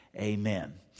Amen